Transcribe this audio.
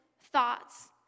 thoughts